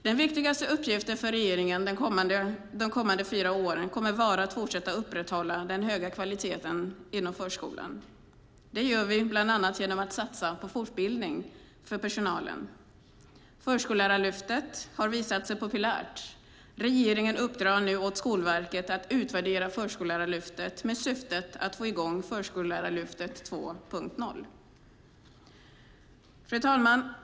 Den viktigaste uppgiften för regeringen de kommande fyra åren kommer att vara att fortsätta att upprätthålla den höga kvaliteten inom förskolan. Det gör vi bland annat genom att satsa på fortbildning för personalen. Förskollärarlyftet har visat sig populärt. Regeringen uppdrar nu åt Skolverket att utvärdera Förskollärarlyftet med syfte att få i gång Förskollärarlyftet 2.0. Fru talman!